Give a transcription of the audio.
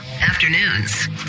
afternoons